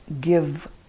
give